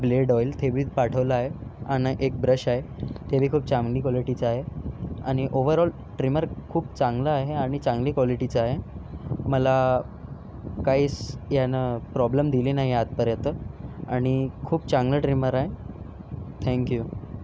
blade oil ते पण पाठवलं आहे आणि एक ब्रश आहे ते पण खूप चांगली क्वॉलिटीचा आहे आणि ओव्हरऑल ट्रिमर खूप चांगलं आहे आणि चांगली क्वॉलिटीचं आहे मला काहीच ह्यानं प्रॉब्लेम दिले नाहीत आतापर्यंत आणि खूप चांगला ट्रिमर आहे थँक्यू